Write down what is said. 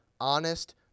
honest